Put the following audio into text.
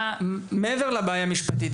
מעבר לבעיה המשפטית,